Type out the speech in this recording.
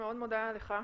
מאוד מודה לך,